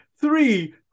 three